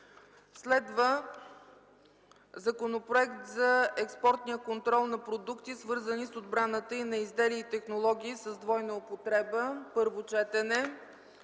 разгледа Законопроект за експортния контрол на продукти, свързани с отбраната, и на изделия и технологии с двойна употреба. На заседанието